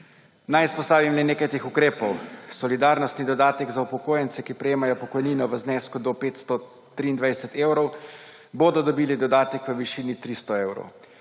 Naj izpostavim le nekaj teh ukrepov. Solidarnostni dodatek za upokojence, ki prejemajo pokojnino v znesku do 523, bo v višini 300 evrov.